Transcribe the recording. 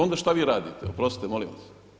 Onda što vi radite oprostite molim vas?